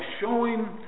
showing